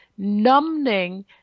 numbing